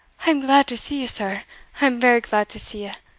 i am glad to see you, sir i am very glad to see you.